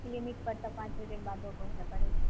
clinic पर तऽ पाँच बजेके बादे पहुँचऽ पड़ै छै